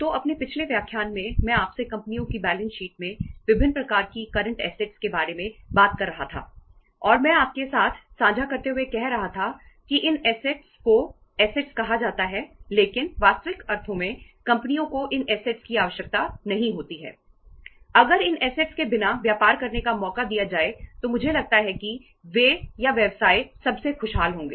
तो अपने पिछले व्याख्यान में मैं आपसे कंपनियों की बैलेंस शीट में विभिन्न प्रकार की करंट ऐसेट के बिना व्यापार करने का मौका दिया जाए तो मुझे लगता है कि वे या व्यवसाय सबसे खुशहाल होंगे